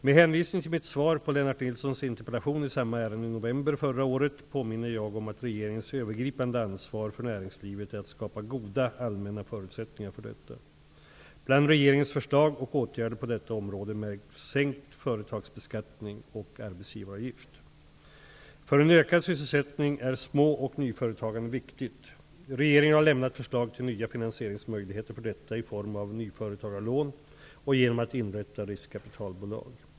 Med hänvisning till mitt svar på Lennart Nilssons interpellation i samma ärende i november förra året påminner jag om att regeringens övergripande ansvar för näringslivet är att skapa goda allmänna förutsättningar för detta. Bland regeringens förslag och åtgärder på detta område märks sänkt företagsbeskattning och arbetsgivaravgift. För en ökad sysselsättning är små och nyföretagandet viktigt. Regeringen har lämnat förslag till nya finansieringsmöjligheter för detta i form av nyföretagarlån och genom att inrätta riskkapitalbolag.